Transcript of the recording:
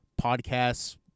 podcasts